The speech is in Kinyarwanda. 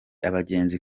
abagenzi